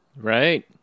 Right